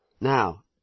Now